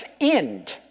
end